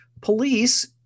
police